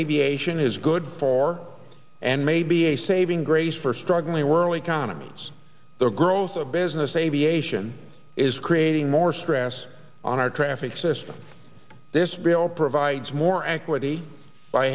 aviation is good for and may be a saving grace for struggling world economies the growth of business aviation is creating more stress on our traffic system this bill provides more equity by